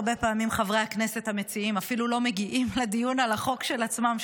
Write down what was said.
הרבה פעמים חברי הכנסת המציעים אפילו לא מגיעים לדיון על החוק של עצמם,